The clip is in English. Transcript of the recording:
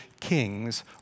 kings